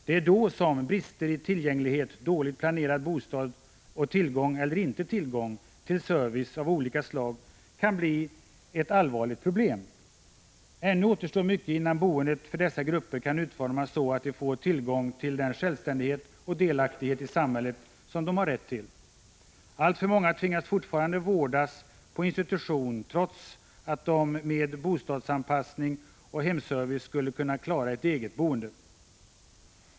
Det är då som brister i tillgänglighet, dåligt planerad bostad och tillgång — eller inte tillgång — till service av olika slag kan bli ett allvarligt problem. Ännu återstår mycket innan boendet för dessa grupper kan utformas så att de får tillgång till den självständighet och delaktighet i samhället som de har rätt till. Alltför många tvingas fortfarande vårdas på institution, trots att de med bostadsanpassning och hemservice skulle kunna klara ett eget boende.